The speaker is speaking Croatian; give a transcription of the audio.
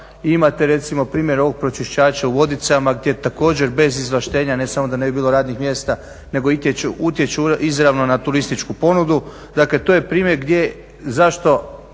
Imate recimo primjer ovog pročišćivača u Vodicama gdje također bez izvlaštenja ne samo da ne bi bilo radnih mjesta nego utječu izravno na turističku ponudu. Dakle to je primjer zašto